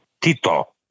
Tito